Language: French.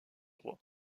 roi